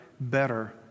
better